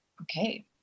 okay